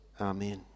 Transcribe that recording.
amen